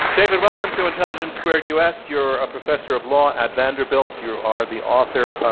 david, welcome to intelligence squared u. s. you're a professor of law at vanderbilt. you are the author,